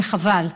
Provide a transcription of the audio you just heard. וחבל.